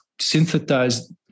synthesized